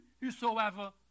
whosoever